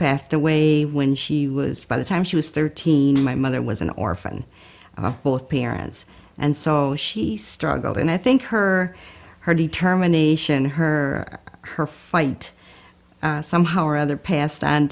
passed away when she was by the time she was thirteen my mother was an orphan both parents and so she struggled and i think her her determination her her fight somehow or other pas